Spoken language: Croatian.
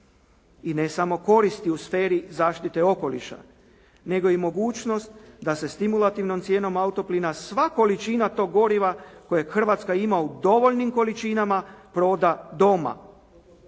I ne samo koristi u sferi zaštite okoliša, nego i mogućnost da se stimulativnom cijenom auto plina sva količina tog goriva kojeg Hrvatska ima u dovoljnim količinama proda doma.